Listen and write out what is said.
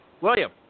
William